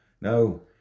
no